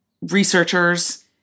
researchers